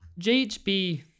JHB